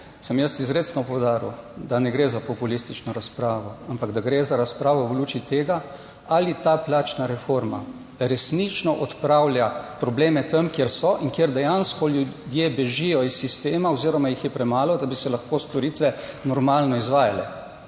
sem jaz izrecno poudaril, da ne gre za populistično razpravo, ampak da gre za razpravo v luči tega, ali ta plačna reforma resnično odpravlja probleme tam kjer so in kjer dejansko ljudje bežijo iz sistema oziroma jih je premalo, da bi se lahko storitve normalno izvajale.